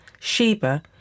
Sheba